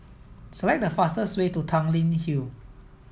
select the fastest way to Tanglin Hill